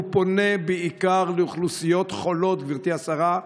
הוא פונה בעיקר לאוכלוסיות חולות, גברתי השרה,